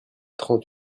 trente